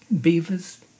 beavers